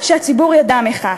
שהציבור ידע מכך,